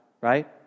right